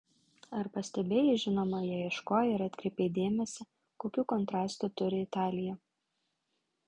ar pastebėjai žinoma jei ieškojai ir atkreipei dėmesį kokių kontrastų turi italija